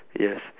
yes